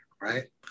right